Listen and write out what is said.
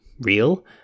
real